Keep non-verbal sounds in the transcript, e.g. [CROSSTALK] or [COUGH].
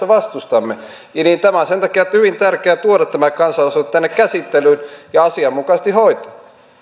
[UNINTELLIGIBLE] vastustamme tämä kansalaisaloite on sen takia hyvin tärkeä tuoda tänne käsittelyyn ja asianmukaisesti hoitaa